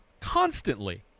Constantly